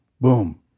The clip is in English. Boom